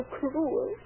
cruel